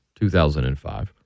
2005